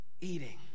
eating